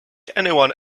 anyone